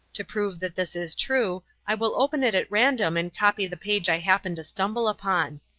to prove that this is true, i will open it at random and copy the page i happen to stumble upon.